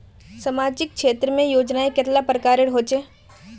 सामाजिक क्षेत्र योजनाएँ कतेला प्रकारेर होचे?